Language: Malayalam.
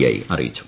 ഐ അറിയിച്ചു